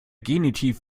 genitiv